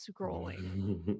scrolling